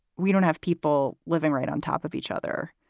we don't have people living right on top of each other.